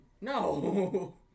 No